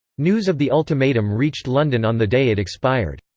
news of the ultimatum reached london on the day it expired.